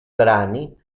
brani